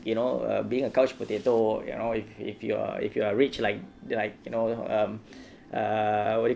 you know uh being a couch potato you know if if you're if you are rich like like you know um err what do you